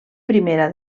primera